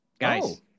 guys